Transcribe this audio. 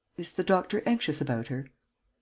is the doctor anxious about her?